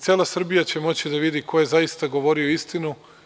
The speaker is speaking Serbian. Cela Srbija će moći da vidi ko je zaista govorio istinu.